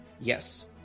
yes